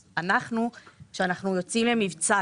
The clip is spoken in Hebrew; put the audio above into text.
כשאנחנו יוצאים ממבצע,